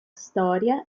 storia